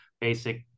basic